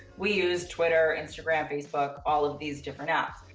we use twitter, instagram, facebook, all of these different apps.